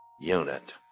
unit